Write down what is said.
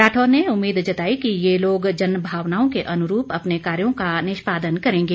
राठौर ने उम्मीद जताई कि ये लोग जनभावनाओं के अनुरूप अपने कार्यों का निष्पादन करेंगे